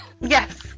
yes